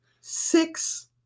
Six